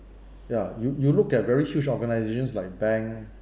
ya you you look at very huge organisations like bank